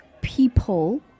people